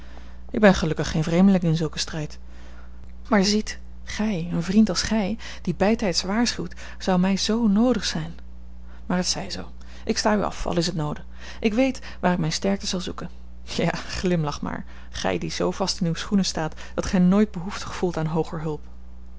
ik ben gelukkig geen vreemdeling in zulken strijd maar ziet gij een vriend als gij die bijtijds waarschuwt zou mij zoo noodig zijn maar het zij zoo ik sta u af al is t noode ik weet waar ik mijne sterkte zal zoeken ja glimlach maar gij die zoo vast in uwe schoenen staat dat gij nooit behoefte gevoelt aan hooger hulp